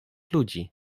ludzi